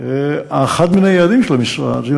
אחד מהיעדים של המשרד הזה,